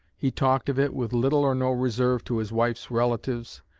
he talked of it with little or no reserve to his wife's relatives,